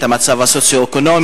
את המצב הסוציו-אקונומי,